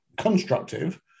constructive